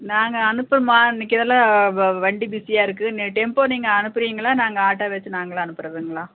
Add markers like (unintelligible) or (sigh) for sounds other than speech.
நாங்கள் அனுப்புவோம்மா இன்னைக்கி (unintelligible) வண்டி பிஸியாக இருக்கு டெம்போ நீங்கள் அனுப்புறீங்களா நாங்கள் ஆட்டோ வச்சு நாங்கள் அனுப்புறதுங்களா